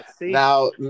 Now